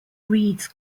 reeds